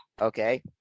okay